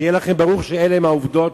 שיהיה לכם ברור שאלה הן העובדות,